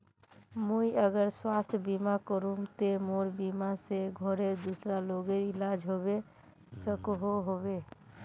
मुई अगर स्वास्थ्य बीमा करूम ते मोर बीमा से घोरेर दूसरा लोगेर इलाज होबे सकोहो होबे?